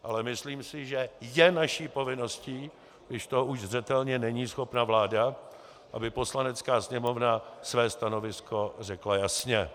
Ale myslím si, že je naší povinností, když toho už zřetelně není schopna vláda, aby Poslanecká sněmovna své stanovisko řekla jasně.